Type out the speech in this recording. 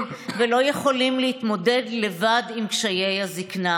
ולא יכולים להתמודד לבד עם קשיי הזקנה.